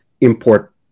import